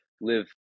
live